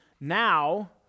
now